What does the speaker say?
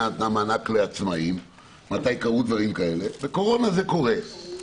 נתנה מענק לעצמאים אבל בקורונה זה קורה.